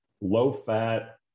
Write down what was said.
low-fat